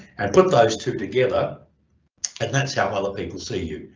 and put those two together and that's how other people see you.